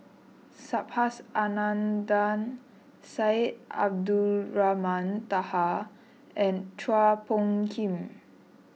Subhas Anandan Syed Abdulrahman Taha and Chua Phung Kim